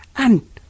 And